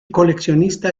coleccionista